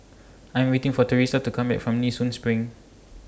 I Am waiting For Thresa to Come Back from Nee Soon SPRING